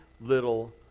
little